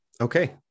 Okay